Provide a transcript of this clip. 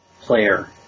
player